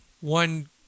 one